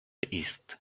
ist